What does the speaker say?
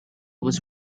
was